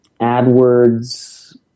AdWords